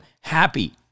happy